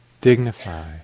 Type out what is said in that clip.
dignify